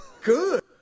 good